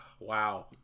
Wow